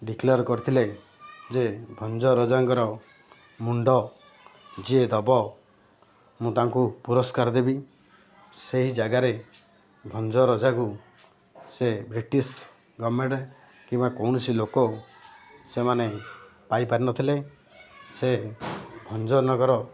declare କରିଥିଲେ ଯେ ଭଞ୍ଜ ରଜାଙ୍କର ମୁଣ୍ଡ ଯିଏ ଦେବ ମୁଁ ତାଙ୍କୁ ପୁରସ୍କାର ଦେବି ସେହି ଜାଗାରେ ଭଞ୍ଜରଜାକୁ ସେ ବ୍ରିଟିଶ ଗମେଣ୍ଟ କିମ୍ବା କୌଣସି ଲୋକ ସେମାନେ ପାଇପାରିନଥିଲେ ସେ ଭଞ୍ଜନଗର